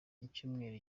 icyumweru